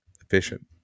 Efficient